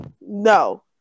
No